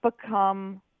become